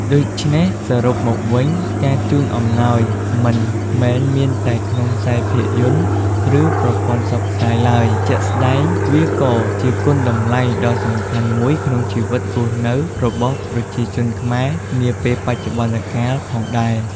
ដូច្នេះ សរុបមកវិញ ការជូនអំណោយមិនមែនមានតែក្នុងខ្សែភាពយន្ត ឬ ប្រព័ន្ធផ្សព្វផ្សាយឡើយ ជាក់ស្ដែង វាក៏ជាគុណតម្លៃដ៏សំខាន់មួយក្នុងជីវិតរស់នៅរបស់ប្រជាជនខ្មែរនាពេលបច្ចុប្បន្នកាលផងដែរ។